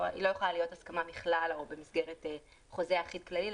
היא לא יכולה להיות הסכמה כללית או הסכמה במסגרת חוזה אחיד כללי,